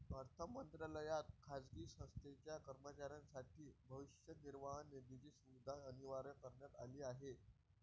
अर्थ मंत्रालयात खाजगी संस्थेच्या कर्मचाऱ्यांसाठी भविष्य निर्वाह निधीची सुविधा अनिवार्य करण्यात आली आहे